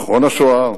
זיכרון השואה,